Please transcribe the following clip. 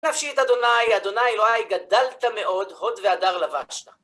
נפשי את ה', ה' אלוהיי גדלת מאוד, הוד והדר לבשת.